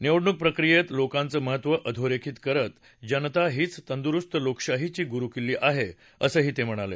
निवडणूक प्रक्रियेत लोकांचं महत्त्व अधोरेखित करत जनता हीच तंदुरुस्त लोकशाहीची गुरुकिल्ली आहे असंही ते म्हणाले